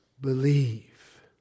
believe